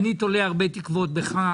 אני תולה הרבה תקוות בך.